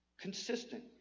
Consistent